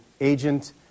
agent